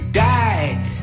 died